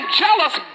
jealous